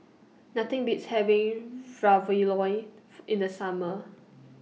Nothing Beats having Ravioli in The Summer